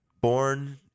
Born